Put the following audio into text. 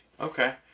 Okay